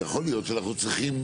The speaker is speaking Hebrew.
ויכול להיות שאנחנו צריכים,